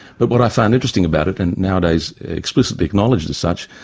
but what i found interesting about it and nowadays explicitly acknowledged as such,